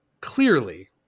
clearly